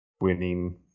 winning